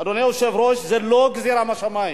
אדוני היושב-ראש, זו לא גזירה משמים.